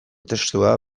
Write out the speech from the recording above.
testua